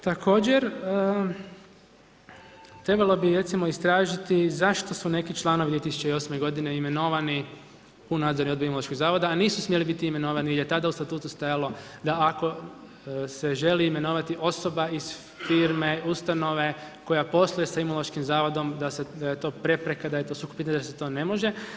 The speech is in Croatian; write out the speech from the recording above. Također, trebalo bi recimo istražiti zašto su neki članovi 2008. godine imenovani u nadzorni odbor Imunološkog zavoda a nisu smjeli biti imenovani jer tada je u statutu stajalo da ako se želi imenovati osoba iz firme, ustanove, koja posluje sa Imunološkim zavodom da je to prepreka, da je to sukob interesa, da se to ne može.